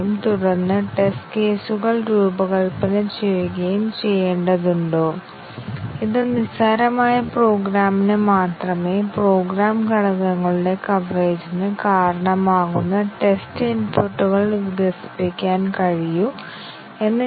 ആദ്യത്തെ കാര്യം പ്രോഗ്രാമിലെ എല്ലാ സ്റ്റേറ്റ്മെന്റുകളും ഞങ്ങൾ നമ്പർ ചെയ്യണം കൂടാതെ ഓരോ പ്രോഗ്രാമിനും ഗ്രാഫിൽ ഒരു നോഡ് വരയ്ക്കണം കൂടാതെ ഒരു നോഡിൽ നിന്ന് മറ്റൊന്നിലേക്ക് കൺട്രോൾ കൈമാറ്റം സാധ്യമാണോ എന്ന് നോക്കേണ്ടതുണ്ട്